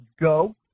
go